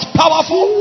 powerful